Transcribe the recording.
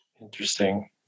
Interesting